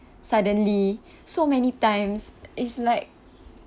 suddenly so many times it's like